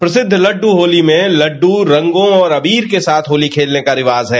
प्रसिद्ध लड्डू होली में लड्डू रंगों और अबीर के साथ होली खेलने का रिवाज है